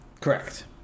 Correct